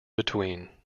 between